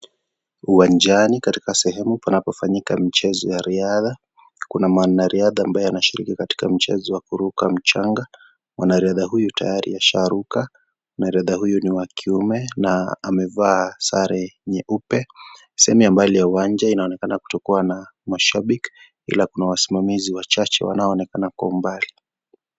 Uwanjani katika sehemu panapofanyika mchezo ya riadha. Kuna mwanariadha ambaye anashiriki katika mchezo wa kuruka mjanga, mwanariadha huyu tayari asharuka na riadha huyu ni wa kiume na amevaa sare nyeupe. Sehemu ya mbali uwanja unaonekana kutokuwa na mashabiki ila wasimamizi wachache wanaoonekana Kwa umbali.